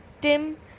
Tim